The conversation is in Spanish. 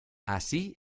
así